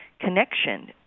connection